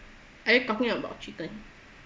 are you talking about chicken